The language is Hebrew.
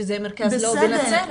שזה המרכז בנצרת.